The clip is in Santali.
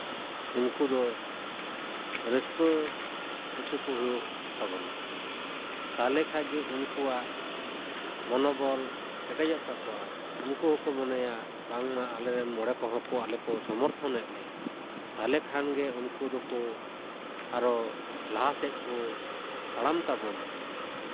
ᱩᱱᱠᱩ ᱫᱚ ᱨᱟᱹᱥᱠᱟᱹ ᱦᱚᱪᱚ ᱠᱚ ᱦᱩᱭᱩᱜ ᱛᱟᱵᱳᱱᱟ ᱛᱟᱦᱚᱞᱮ ᱠᱷᱟᱱ ᱜᱮ ᱩᱱᱠᱩᱣᱟᱜ ᱢᱚᱱᱳᱵᱚᱞ ᱠᱮᱴᱮᱡᱚᱜ ᱛᱟᱠᱚᱣᱟ ᱩᱱᱠᱩ ᱦᱚᱸᱠᱚ ᱢᱚᱱᱮᱭᱟ ᱵᱟᱝ ᱢᱟ ᱟᱞᱮ ᱨᱮᱱ ᱢᱚᱬᱮ ᱠᱚᱦᱚᱸ ᱠᱚ ᱟᱞᱮ ᱠᱚ ᱥᱚᱢᱚᱨᱛᱷᱚᱱᱮᱫ ᱞᱮᱭᱟ ᱛᱟᱦᱚᱞᱮ ᱠᱷᱟᱱ ᱜᱮ ᱩᱱᱠᱩ ᱫᱚᱠᱚ ᱟᱨ ᱞᱟᱦᱟ ᱥᱮᱫ ᱠᱚ ᱛᱟᱲᱟᱢ ᱛᱟᱵᱳᱱᱟ